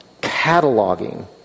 cataloging